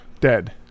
dead